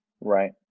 right